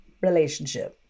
relationship